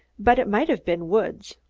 but it might have been woods.